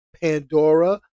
Pandora